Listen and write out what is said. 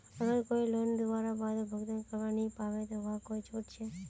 अगर कोई लोन लुबार बाद भुगतान करवा नी पाबे ते वहाक कोई छुट छे?